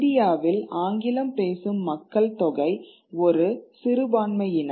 இந்தியாவில் ஆங்கிலம் பேசும் மக்கள் தொகை ஒரு சிறுபான்மையினர்